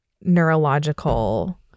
neurological